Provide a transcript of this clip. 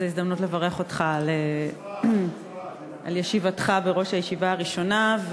זו הזדמנות לברך אותך על ישיבתך בראש הישיבה לראשונה.